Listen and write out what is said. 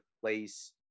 place